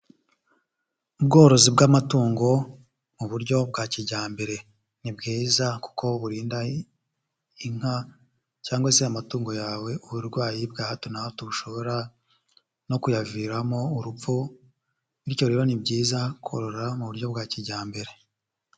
Ubworozi bw'amatungo mu buryo bwa kijyambere ni bwiza kuko burinda inka cyangwa se amatungo yawe uburwayi bwa hato na hato bushobora no kuyaviramo urupfu bityo rero ni byiza korora mu buryo bwa kijyambere.